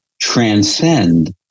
transcend